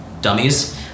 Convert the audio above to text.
dummies